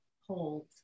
hold